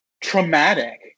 traumatic